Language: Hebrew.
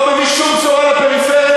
לא ראיתי שום בשורה לפריפריה,